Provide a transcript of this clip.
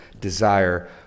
desire